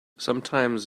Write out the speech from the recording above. sometimes